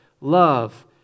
love